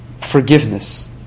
forgiveness